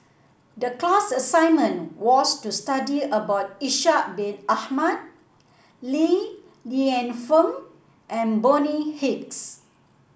the class assignment was to study about Ishak Bin Ahmad Li Lienfung and Bonny Hicks